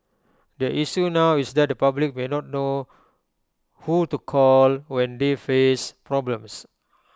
the issue now is that the public may not know who to call when they face problems